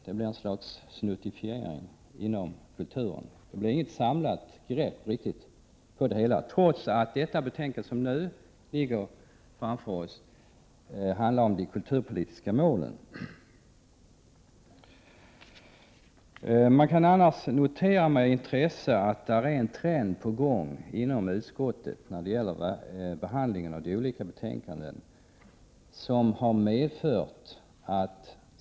Det blir ett slags snuttifiering inom kulturområdet och inte ett riktigt samlat grepp över det hela, trots att det betänkande vi nu behandlar handlar om de kulturpolitiska målen. Man kan med intresse notera att det är en ny trend på gång inom kulturutskottet när det gäller behandlingen av de olika betänkandena.